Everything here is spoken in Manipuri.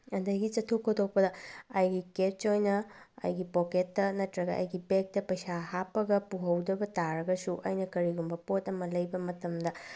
ꯑꯗꯒꯤ ꯆꯠꯊꯣꯛ ꯈꯣꯠꯊꯣꯛꯄꯗ ꯑꯩꯒꯤ ꯀꯦꯁ ꯑꯣꯏꯅ ꯑꯩꯒꯤ ꯄꯣꯛꯀꯦꯠꯇ ꯅꯠꯇ꯭ꯔꯒ ꯑꯩꯒꯤ ꯕꯦꯛꯇ ꯄꯩꯁꯥ ꯍꯥꯞꯄꯒ ꯄꯨꯍꯧꯗꯕ ꯇꯥꯔꯒꯁꯨ ꯑꯩꯅ ꯀꯔꯤꯒꯨꯝꯕ ꯄꯣꯠ ꯑꯃ ꯂꯩꯕ ꯃꯇꯝꯗ